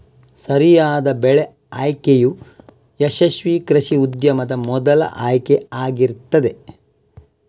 ಸರಿಯಾದ ಬೆಳೆ ಆಯ್ಕೆಯು ಯಶಸ್ವೀ ಕೃಷಿ ಉದ್ಯಮದ ಮೊದಲ ಆಯ್ಕೆ ಆಗಿರ್ತದೆ